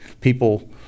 people